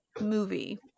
movie